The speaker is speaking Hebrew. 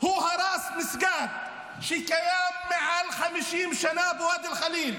הוא הרס מסגד שקיים מעל 50 שנה בוואדי אל-ח'ליל.